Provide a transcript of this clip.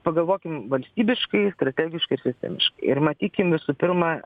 pagalvokim valstybiškai strategiškai ir sistemiškai ir matykim visų pirma